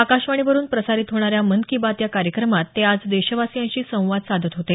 आकाशवाणीवरुन प्रसारित होणाऱ्या मन की बात या कार्यक्रमात ते आज देशवासीयांशी संवाद साधत होते